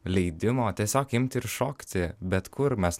leidimo tiesiog imti ir šokti bet kur mes